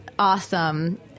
Awesome